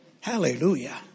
Hallelujah